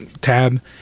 tab